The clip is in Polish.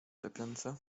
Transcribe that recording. lepiance